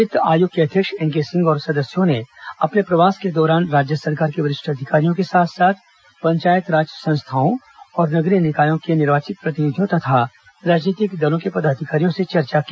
वित्त आयोग के अध्यक्ष एनके सिंह और सदस्यों ने अपने प्रवास के दौरान राज्य सरकार के वरिष्ठ अधिकारियों के साथ साथ पंचायती राज संस्थाओं और नगरीय निकायों के निर्वाचित प्रतिनिधियों तथा राजनीतिक दलों के पदाधिकारियों से चर्चा की